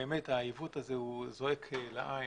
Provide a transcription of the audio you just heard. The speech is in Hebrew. באמת העיוות הזה הוא זועק לעין.